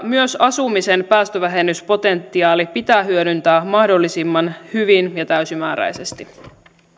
myös asumisen päästövähennyspotentiaali pitää hyödyntää mahdollisimman hyvin ja täysimääräisesti